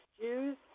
Jews